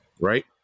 right